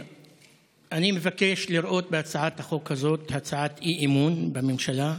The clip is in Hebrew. אני מבקש לראות בהצעת החוק הזאת הצעת אי-אמון בממשלה.